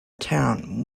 town